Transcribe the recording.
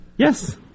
Yes